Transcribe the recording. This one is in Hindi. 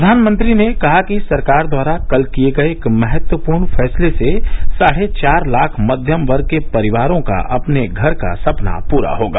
प्रधानमंत्री ने कहा कि सरकार द्वारा कल किये गये एक महत्वपूर्ण फैसले से साढ़े चार लाख मध्यम वर्ग के परिवारों का अपने घर का सपना पूरा होगा